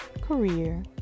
career